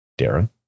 Darren